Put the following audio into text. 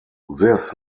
this